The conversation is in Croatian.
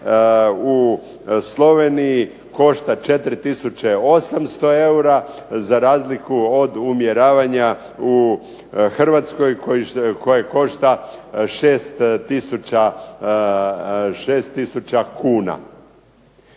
u Sloveniji košta 4 tisuće 800 eura, za razliku od umjeravanja u Hrvatskoj koji košta 6 tisuća